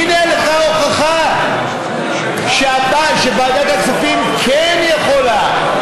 הינה לך הוכחה שוועדת הכספים כן יכולה.